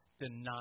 deny